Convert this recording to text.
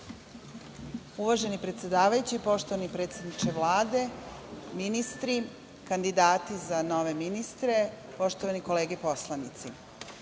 Uvaženi predsedavajući, poštovani predsedniče Vlade, ministri, kandidati za nove ministre, poštovane kolege poslanici,